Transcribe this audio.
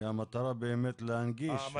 המטרה היא באמת להנגיש ולא --- סגן שר במשרד